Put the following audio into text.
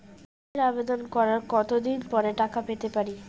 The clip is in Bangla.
লোনের আবেদন করার কত দিন পরে টাকা পেতে পারি?